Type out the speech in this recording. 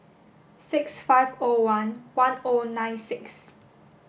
six five O one one O nine six